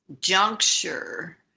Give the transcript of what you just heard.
juncture